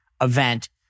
event